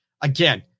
again